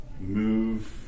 move